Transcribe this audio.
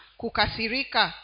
kukasirika